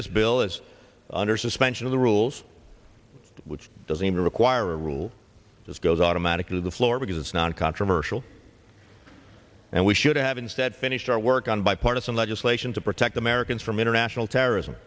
this bill is under suspension of the rules which doesn't even require a rule this goes automatically to the floor because it's non controversial and we should have instead finished our work on bipartisan legislation to protect americans from international terrorism